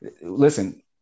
listen